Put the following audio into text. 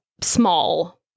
small